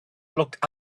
looked